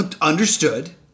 Understood